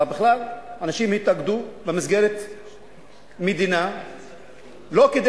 אנשים התאגדו במסגרת מדינה לא כדי